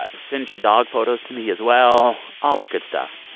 ah send your dog photos to me as well all the good stuff.